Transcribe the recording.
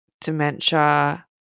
dementia